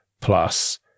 Plus